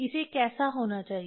इसे कैसा होना चाहिए